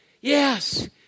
Yes